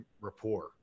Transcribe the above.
rapport